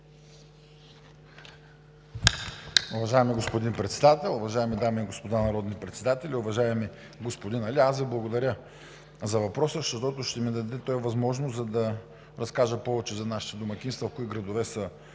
възможност да разкажа повече за нашите домакинства в кои градове са организирани,